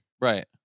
right